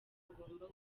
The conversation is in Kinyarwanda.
agomba